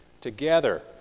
together